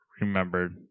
remembered